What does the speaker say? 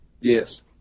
Yes